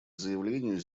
заявлению